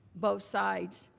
both sides,